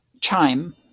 chime